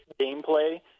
gameplay